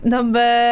Number